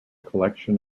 collection